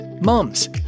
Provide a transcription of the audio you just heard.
Mums